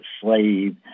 slave